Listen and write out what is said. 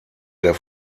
der